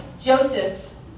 Joseph